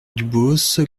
dubos